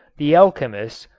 the alchemists,